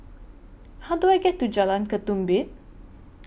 How Do I get to Jalan Ketumbit